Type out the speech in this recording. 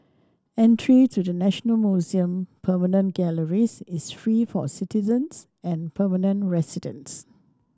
entry to the National Museum permanent galleries is free for citizens and permanent residents